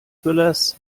thrillers